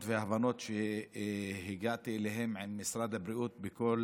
וההבנות שהגעתי אליהן עם משרד הבריאות בכל